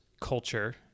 culture